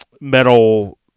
metal